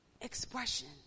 expression